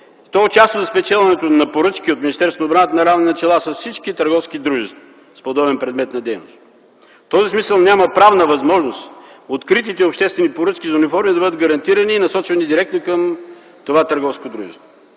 то участва в спечелването на поръчки от Министерството на отбраната на равни начала с всички търговски дружества с подобен предмет на дейност. В този смисъл няма правна възможност откритите обществени поръчки за униформи да бъдат гарантирани и насочвани директно към това търговско дружество.